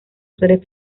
suele